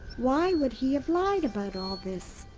why would he have lied about all this?